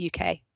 UK